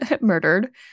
murdered